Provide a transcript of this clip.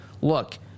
look